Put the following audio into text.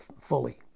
fully